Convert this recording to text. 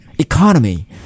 economy